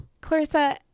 Clarissa